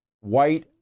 White